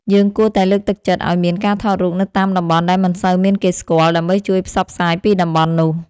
យើងគួរតែលើកទឹកចិត្តឱ្យមានការថតរូបនៅតាមតំបន់ដែលមិនសូវមានគេស្គាល់ ដើម្បីជួយផ្សព្វផ្សាយពីតំបន់នោះ។